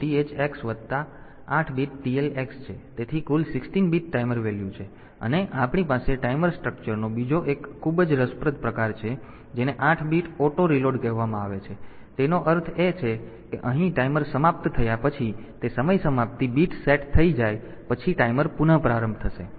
તેથી તે 8 bit THx વત્તા 8 બીટ TL x છે તેથી કુલ 16 બીટ ટાઈમર વેલ્યુ છે અને આપણી પાસે ટાઈમર સ્ટ્રક્ચરનો બીજો એક ખૂબ જ રસપ્રદ પ્રકાર છે જેને 8 બીટ ઓટો રીલોડ કહેવામાં આવે છે તેનો અર્થ એ છે કે અહીં ટાઇમર સમાપ્ત થયા પછી આ સમયસમાપ્તિ બીટ સેટ થઈ જાય પછી ટાઈમર પુનઃપ્રારંભ થશે